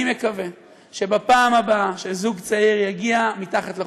מקווה שבפעם הבאה שזוג צעיר יגיע אל מתחת לחופה,